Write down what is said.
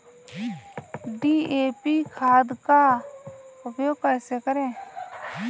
DAP खाद का उपयोग कैसे करें?